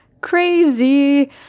crazy